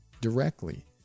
directly